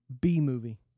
B-movie